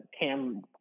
Cam